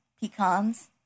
Pecans